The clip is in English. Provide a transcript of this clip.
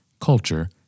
culture